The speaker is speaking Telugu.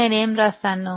నేను ఏమి చేస్తాను